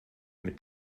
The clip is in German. mit